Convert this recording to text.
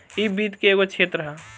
इ वित्त के एगो क्षेत्र ह